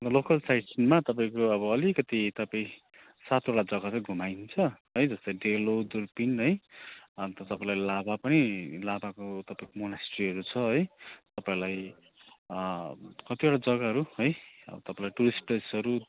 local साइट सिनमा तपाईँको अलिकति तपाईँ सातवटा जग्गा चाहिँ घुमाइदिन्छ है त सर डेलो दुर्पिन है अन्त तपाईँलाई लाभा पनि लाभाको तपाईँको मोनास्ट्रीहरू छ है तपाईँलाई कतिवटा जग्गाहरू है अब तपाईँलाई टुरिस्ट प्लेसहरू